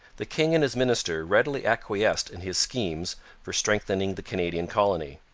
the king and his minister readily acquiesced in his schemes for strengthening the canadian colony.